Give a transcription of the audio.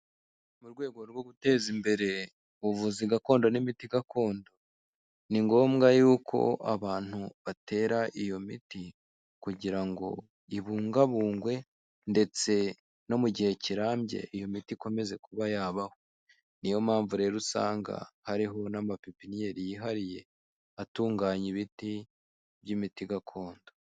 Mu rwego rwo guteza imbere ubuvuzi gakondo n'imiti gakondo ni ngombwa yuko abantu batera iyo miti kugira ngo ibungabungwe ndetse no mu gihe kirambye iyo miti ikomeze kuba yabaho. Ni yo mpamvu rero usanga hariho n'amapipiniyeri yihariye atunganya ibiti by'imiti gakondo.